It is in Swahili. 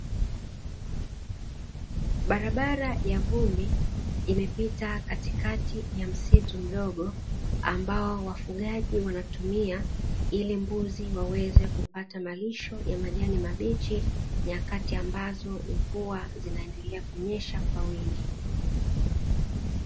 Barabara ya vumbi imepita katikati ya msitu mdogo, ambao wafugaji wanatumia ili mbuzi waweze kupata malisho ya majani mabichi nyakati ambazo mvua zinaendelea kunyesha kwa wingi.